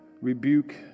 rebuke